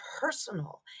personal